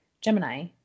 Gemini